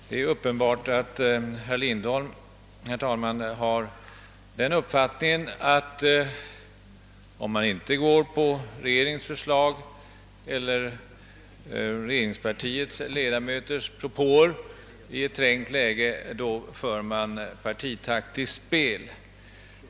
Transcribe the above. Herr talman! Det är uppenbart att herr Lindholm har den uppfattningen, att om man inte följer regeringens förslag eller de propåer som regeringspartiets ledamöter i ett utskott gör i ett trängt läge, så för man ett partitaktiskt spel.